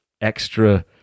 extra